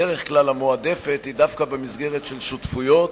המועדפת היא דווקא במסגרת של שותפויות.